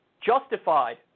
justified